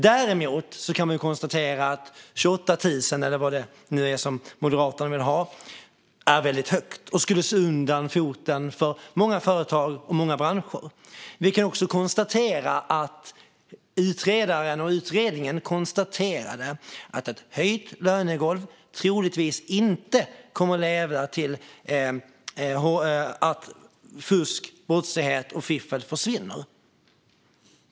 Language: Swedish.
Däremot kan man konstatera att 28 000, eller vad det nu är som Moderaterna vill ha, är väldigt högt och skulle slå undan benen på många företag och många branscher. Vi kan också konstatera att utredaren och utredningen konstaterade att ett höjt lönegolv troligtvis inte kommer att leda till att fusk, brottslighet och fiffel försvinner.